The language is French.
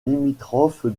limitrophe